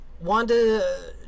Wanda